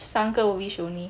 三个 wish only